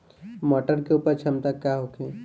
मटर के उपज क्षमता का होखे?